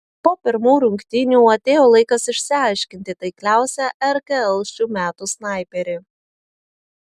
po pirmų rungtynių atėjo laikas išsiaiškinti taikliausią rkl šių metų snaiperį